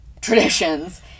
traditions